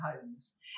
homes